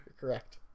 correct